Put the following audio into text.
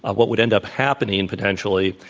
ah what would end up happening, and potentially,